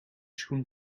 schoen